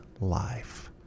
life